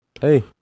hey